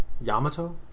Yamato